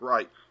Right